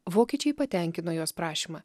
vokiečiai patenkino jos prašymą